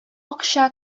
акча